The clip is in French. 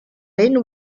lane